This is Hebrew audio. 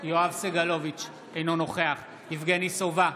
נגד איימן עודה, נגד יוסף עטאונה,